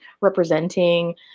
representing